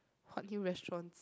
what new restaurants